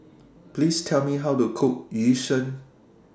Please Tell Me How to Cook Yu Sheng